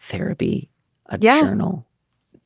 therapy ah yeah yes or no